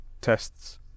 tests